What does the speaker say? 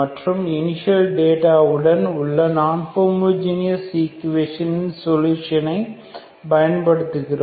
மற்றும் initial data வுடன் உள்ள நான் ஹோமோஜீனஸ் ஈக்குவேஷனின் சொலுஷனை பயன்படுத்துகிறோம்